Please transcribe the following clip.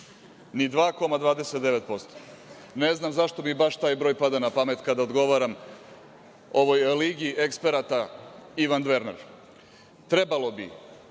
ni 2,29%. Ne znam zašto mi baš taj broj pada na pamet kada odgovaram ovoj ligi eksperata Ivan Dverner. Trebalo bi